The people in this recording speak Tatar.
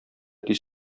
тиз